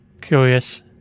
Curious